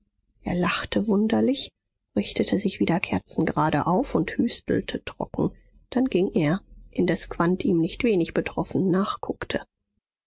er lachte wunderlich richtete sich wieder kerzengerade auf und hüstelte trocken dann ging er indes quandt ihm nicht wenig betroffen